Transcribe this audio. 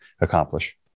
accomplish